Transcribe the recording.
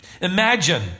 Imagine